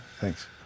Thanks